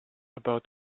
about